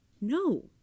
No